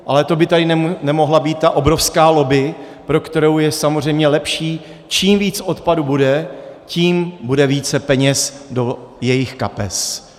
Ale to by tady nemohla být ta obrovská lobby, pro kterou je samozřejmě lepší, čím víc odpadu bude, tím bude více peněz do jejich kapes.